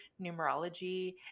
numerology